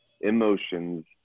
emotions